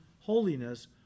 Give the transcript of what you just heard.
holiness